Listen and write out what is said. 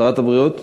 שרת הבריאות?